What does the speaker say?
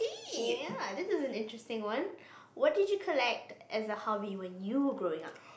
ya this is an interesting one what did you collect as a hobby when you were growing up